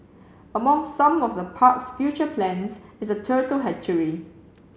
among some of the park's future plans is a turtle hatchery